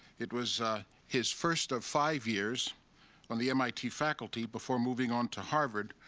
it was his first of five years on the mit faculty before moving on to harvard,